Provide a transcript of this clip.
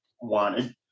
wanted